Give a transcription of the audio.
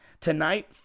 Tonight